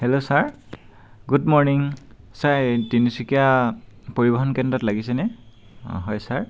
hello sir good morning sir Tinsukia পৰিবহণ কেন্দ্ৰত লাগিছে নে অঁ হয় ছাৰ